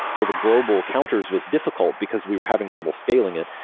or the global counters was difficult because we were having trouble scaling it.